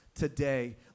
today